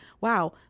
wow